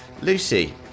Lucy